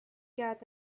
got